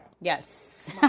Yes